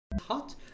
hot